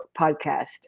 podcast